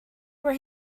where